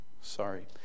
sorry